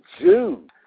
June